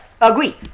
Agree